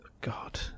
god